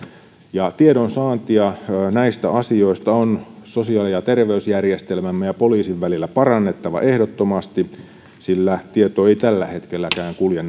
tiedonsaantia näistä asioista on sosiaali ja terveysjärjestelmämme ja poliisin välillä parannettava ehdottomasti sillä tieto näistä asioista ei tällä hetkelläkään kulje